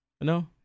No